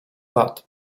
lat